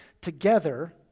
together